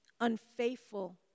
unfaithful